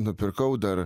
nupirkau dar